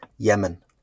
Yemen